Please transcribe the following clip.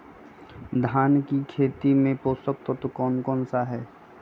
धान की खेती में पोषक तत्व कौन कौन सा है?